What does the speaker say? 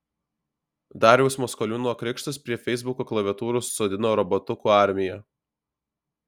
dariaus maskoliūno krikštas prie feisbuko klaviatūrų susodino robotukų armiją